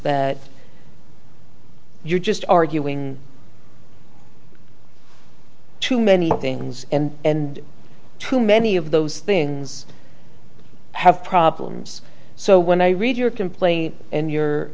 that you're just arguing too many things and too many of those things have problems so when i read your complaint and you're